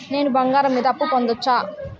నేను బంగారం మీద అప్పు పొందొచ్చా?